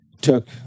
took